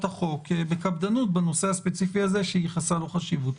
החוק בקפדנות בנושא הספציפי הזה שהיא ייחסה לו חשיבות.